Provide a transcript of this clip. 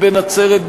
ובנצרת,